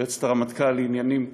יועצת הרמטכ"ל לעניינים שונים,